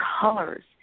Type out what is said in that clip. colors